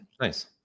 nice